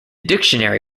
dictionary